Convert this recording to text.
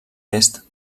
est